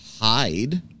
hide